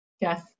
Yes